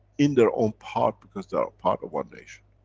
in their own part, because they are part of one nation.